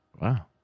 Wow